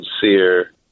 sincere